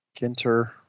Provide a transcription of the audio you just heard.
Kinter